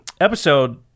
episode